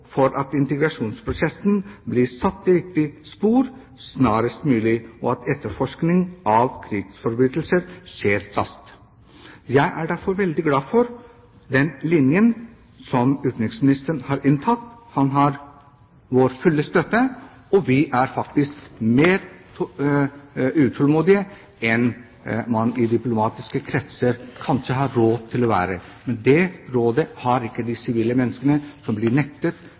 for at integrasjonsprosessen blir satt i et riktig spor snarest mulig, og at etterforskning av krigsforbrytelser skjer raskt. Jeg er derfor veldig glad for den linjen som utenriksministeren har inntatt. Han har vår fulle støtte. Vi er faktisk mer utålmodige enn man i diplomatiske kretser kanskje har råd til å være, men sivile som blir nektet sine grunnrettigheter på Sri Lanka har ikke